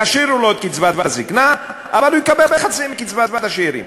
ישאירו לו את קצבת הזיקנה אבל הוא יקבל חצי מקצבת השאירים.